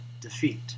defeat